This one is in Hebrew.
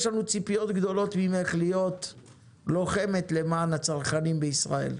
יש לנו ציפיות גדולות ממך להיות לוחמת למען הצרכנים בישראל,